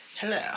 Hello